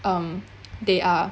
um they are